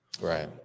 Right